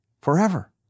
forever